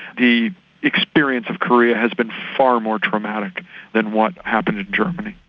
the experience of korea has been far more traumatic than what happened in germany.